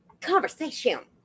conversation